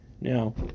Now